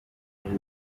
reach